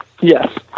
Yes